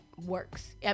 works